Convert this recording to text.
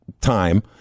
time